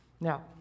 Now